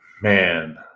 Man